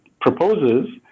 proposes